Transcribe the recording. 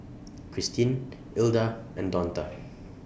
Cristine Ilda and Donta